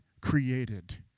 created